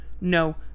No